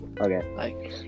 Okay